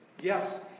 Yes